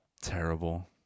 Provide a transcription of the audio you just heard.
Terrible